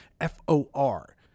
F-O-R